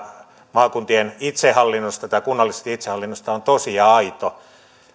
maakuntien itsehallinnosta tai kunnallisesta itsehallinnosta on tosi ja aito